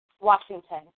Washington